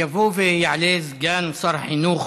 יבוא ויעלה סגן שר החינוך